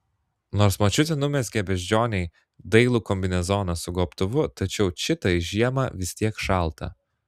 nors močiutė numezgė beždžionei dailų kombinezoną su gobtuvu tačiau čitai žiemą vis tiek šalta